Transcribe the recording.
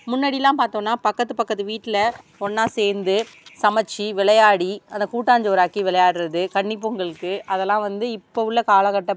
முன்னாடிலாம் பார்த்தோனா பக்கத்து பக்கத்து வீட்டில் ஒன்றா சேர்ந்து சமைத்து விளையாடி அதை கூட்டாஞ்சோறு ஆக்கி விளையாட்றது கன்னிப் பொங்கலுக்கு அதெல்லாம் வந்து இப்போ உள்ள காலக்கட்டம்